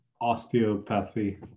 osteopathy